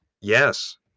Yes